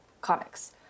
comics